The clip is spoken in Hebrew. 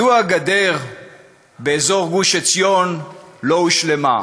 מדוע הגדר באזור גוש-עציון לא הושלמה?